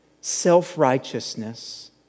self-righteousness